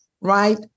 right